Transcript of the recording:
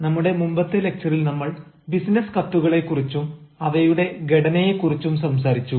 നമ്മുടെ മുമ്പത്തെ ലക്ച്ചറിൽ നമ്മൾ ബിസിനസ് കത്തുകളെ കുറിച്ചും അവയുടെ ഘടനയെക്കുറിച്ചും സംസാരിച്ചു